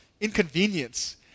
inconvenience